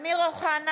עוד יותר את מצב הטבע